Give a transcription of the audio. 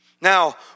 Now